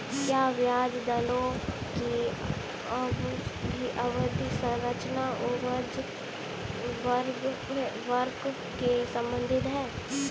क्या ब्याज दरों की अवधि संरचना उपज वक्र से संबंधित है?